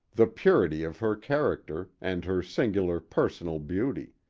the purity of her character and her singular personal beauty.